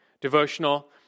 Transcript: devotional